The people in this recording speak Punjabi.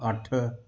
ਅੱਠ